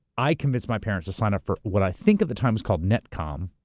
i convinced my parents to sign up for what i think at the time was called netcom,